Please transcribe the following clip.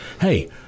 Hey